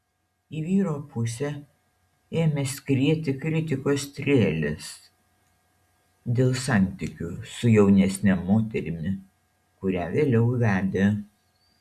į vyro pusę ėmė skrieti kritikos strėlės dėl santykių su jaunesne moterimi kurią vėliau vedė